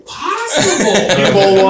possible